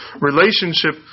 relationship